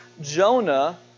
Jonah